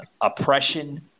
oppression